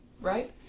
right